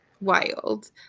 wild